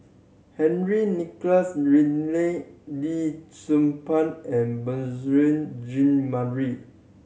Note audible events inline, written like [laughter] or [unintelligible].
Henry Nicholas Ridley Lee Tzu Pheng and [unintelligible] Jean Marie